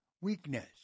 weakness